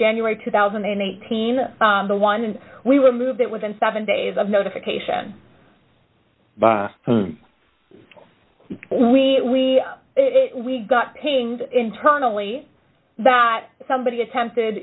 january two thousand and eighteen on the one and we will move that within seven days of notification by we we we got pinged internally that somebody attempted